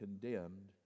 condemned